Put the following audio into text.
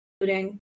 including